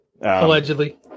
Allegedly